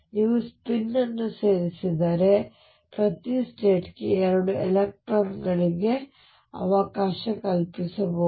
ನೀವು ಸ್ಪಿನ್ ಅನ್ನು ಸೇರಿಸಿದರೆ ಪ್ರತಿ ಸ್ಟೇಟ್ ಗೆ ಎರಡು ಎಲೆಕ್ಟ್ರಾನ್ಗಳಿಗೆ ಅವಕಾಶ ಕಲ್ಪಿಸಬಹುದು